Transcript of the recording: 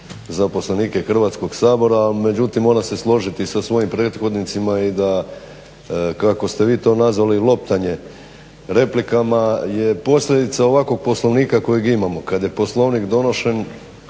zaposlenike Hrvatskog sabora, međutim, moram se složiti sa svojim prethodnicima i da kako ste vi to nazvali loptanje replikama je posljedica ovakvog Poslovnika kojeg imamo. Kada je Poslovnik donošen